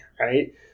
right